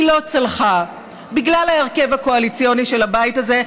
והיא לא צלחה בגלל ההרכב הקואליציוני של הבית הזה,